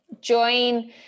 Join